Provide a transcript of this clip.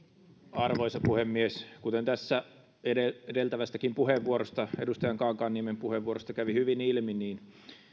arvoisa puhemies kuten edeltävästäkin edustaja kankaanniemen puheenvuorosta kävi hyvin ilmi että